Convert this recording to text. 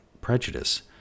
prejudice